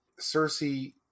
Cersei